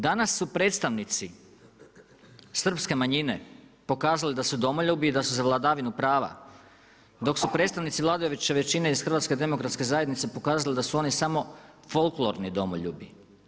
Danas su predstavnici srpske manjine pokazali da su domoljubi i da su za vladavinu prava dok su predstavnici vladajuće većine iz HDZ-a pokazali da su oni samo folklorni domoljubi.